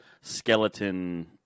skeleton